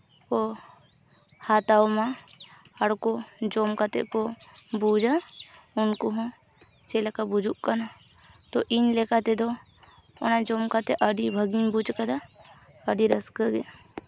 ᱠᱚ ᱦᱟᱛᱟᱣᱢᱟ ᱟᱨᱠᱚ ᱡᱚᱢ ᱠᱟᱛᱮᱫ ᱠᱚ ᱵᱩᱡᱟ ᱩᱱᱠᱩ ᱦᱚᱸ ᱪᱮᱫ ᱞᱮᱠᱟ ᱵᱩᱡᱩᱜ ᱠᱟᱱᱟ ᱛᱳ ᱤᱧ ᱞᱮᱠᱟ ᱛᱮᱫᱚ ᱚᱱᱟ ᱡᱚᱢ ᱠᱟᱛᱮᱫ ᱟᱹᱰᱤ ᱵᱷᱟᱹᱜᱤᱧ ᱵᱩᱡᱽ ᱠᱟᱫᱟ ᱟᱹᱰᱤ ᱨᱟᱹᱥᱠᱟᱹᱜᱮ